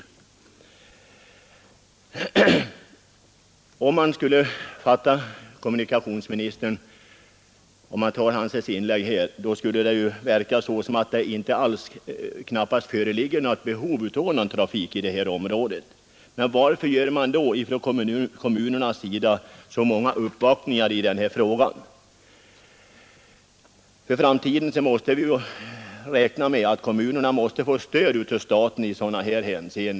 Den som lyssnade till kommunikationsministerns inlägg kunde väl inte fatta det på annat sätt än att det inte föreligger något behov av persontrafik i det område det här gäller. Men varför gör kommunerna då så många uppvaktningar i frågan? Man får ju räkna med att kommunerna i framtiden måste få statens stöd i sådana här fall.